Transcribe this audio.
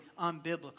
unbiblical